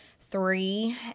three